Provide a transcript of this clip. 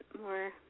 more